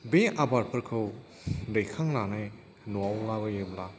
बे आबादफोरखौ दैखांनानै न'आव लाबोयोब्ला